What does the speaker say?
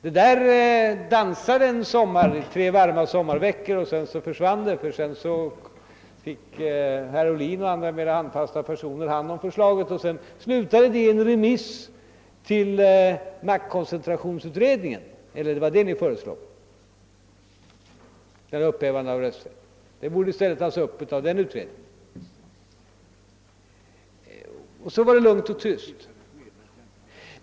Denna uppfattning dansade tre varma sommarveckor, men sedan försvann den, när herr Ohlin och några andra handfasta personer fick hand om förslaget. Det hela slutade med att man remitterade förslaget om upphävande av denna rösträtt till maktkoncentrationsutredningen. Sedan blev det lugnt och tyst.